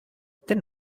then